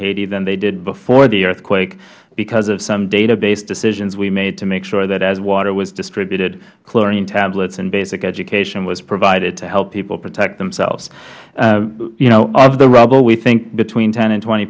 haiti than they did before the earthquake because of some database decisions we made to make sure that as water was distributed chlorine tablets and basic education was provided to help people protect themselves of the rubble we think between ten and twenty